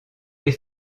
les